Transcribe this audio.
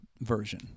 version